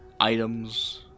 items